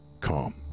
Calm